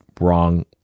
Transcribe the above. wrong